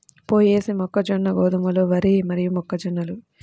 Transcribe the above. పొయేసీ, మొక్కజొన్న, గోధుమలు, వరి మరియుజొన్నలు